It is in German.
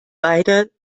beide